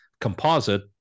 composite